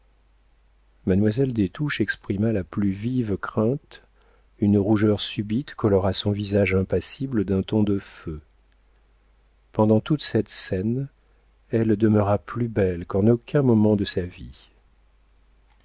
mademoiselle des touches exprima la plus vive crainte une rougeur subite colora son visage impassible d'un ton de feu pendant toute cette scène elle demeura plus belle qu'en aucun moment de sa vie